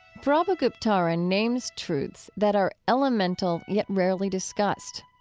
prabhu guptara names truths that are elemental yet rarely discussed.